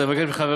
אז אבקש מכולם,